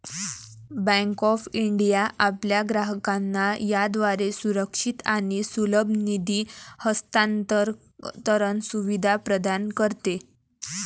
bank of India आपल्या ग्राहकांना याद्वारे सुरक्षित आणि सुलभ निधी हस्तांतरण सुविधा प्रदान करते